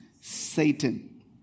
Satan